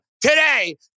today